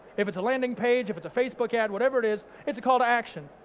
if it's a landing page, if it's a facebook ad, whatever it is, it's a call to action.